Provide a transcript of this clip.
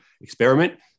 experiment